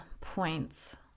points